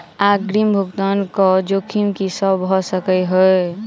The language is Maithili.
अग्रिम भुगतान केँ जोखिम की सब भऽ सकै हय?